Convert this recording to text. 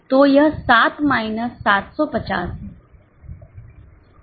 तो यह 7 माइनस 750 है